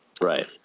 Right